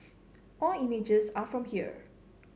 all images are from here